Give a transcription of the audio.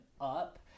up